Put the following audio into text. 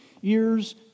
years